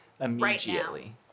immediately